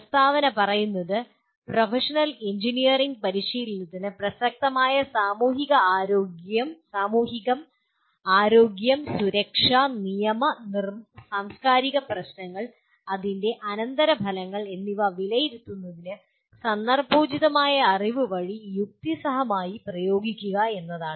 പ്രസ്താവന പറയുന്നത് professional engineering പരിശീലനത്തിന് പ്രസക്തമായ സാമൂഹിക ആരോഗ്യം സുരക്ഷ നിയമ സാംസ്കാരിക പ്രശ്നങ്ങൾ അതിന്റെ അനന്തരഫലങ്ങൾ എന്നിവ വിലയിരുത്തുന്നതിന് സന്ദർഭോചിതമായ അറിവ് വഴി യുക്തിസഹമായി പ്രയോഗിക്കുക എന്നാണ്